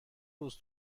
روز